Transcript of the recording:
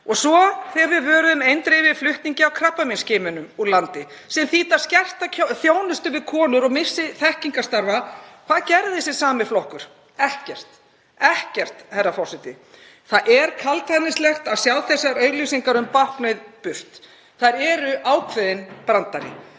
Svo þegar við vöruðum eindregið við flutningi á krabbameinsskimunum úr landi, sem þýðir skerta þjónustu við konur og missi þekkingarstarfa, hvað gerði þessi sami flokkur? Ekkert. Ekkert, herra forseti. Það er kaldhæðnislegt að sjá þessar auglýsingar um báknið burt. Þær eru ákveðinn brandari.